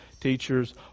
teachers